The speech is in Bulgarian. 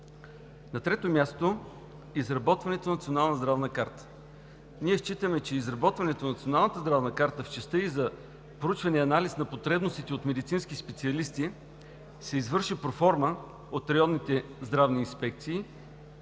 На трето място, изработването на Национална здравна карта. Ние считаме, че изработването на Националната здравна карта в частта за проучване и анализ на потребностите от медицински специалисти се извършва проформа от районните здравни инспекции